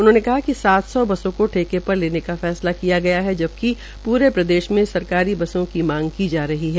उन्होंने कहा कि सात सौ बसों को ठेके पर लेने का फैसला किया गया है जबकि पूरे प्रदेश मे सरकारी बसों की मांग की जा रही है